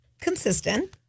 consistent